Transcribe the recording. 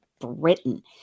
Britain